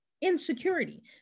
Insecurity